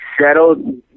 Settled